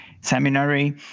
seminary